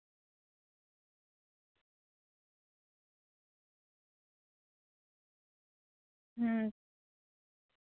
ᱦᱩᱸ